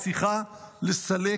היא צריכה לסלק